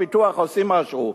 פיתוח עושים משהו,